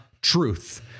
truth